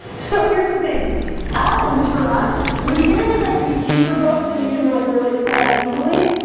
so here's the thing albums for us when you get into like these cheaper books that you can like really sell easily